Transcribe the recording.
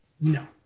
No